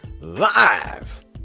live